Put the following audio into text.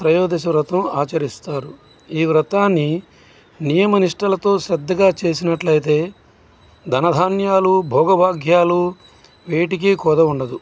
త్రయోదశి వ్రతం ఆచరిస్తారు ఈ వ్రతాన్ని నియమ నిష్టలతో శ్రద్ధగా చేసినట్లయితే ధన ధాన్యాలు భోగభాగ్యాలు వీటికీ కొదవ ఉండదు